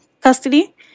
custody